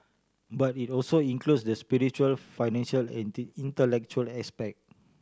but it also includes the spiritual financial and intellectual aspect